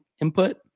input